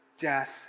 death